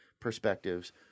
perspectives